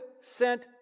sent